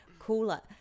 Cooler